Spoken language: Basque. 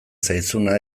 zaizuna